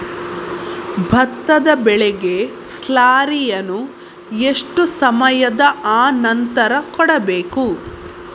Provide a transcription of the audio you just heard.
ಭತ್ತದ ಬೆಳೆಗೆ ಸ್ಲಾರಿಯನು ಎಷ್ಟು ಸಮಯದ ಆನಂತರ ಕೊಡಬೇಕು?